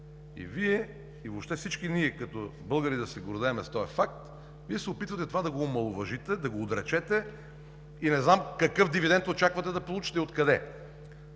И Вие, и въобще всички като българи да се гордеем с този факт, Вие се опитвате това да го омаловажите, да го отречете и не знам какъв дивидент очаквате да получите и откъде?